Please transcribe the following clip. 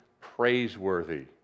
praiseworthy